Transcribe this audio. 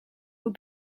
will